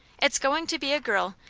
it's going to be a girl,